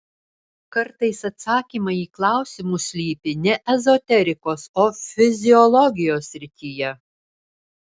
kartais atsakymai į klausimus slypi ne ezoterikos o fiziologijos srityje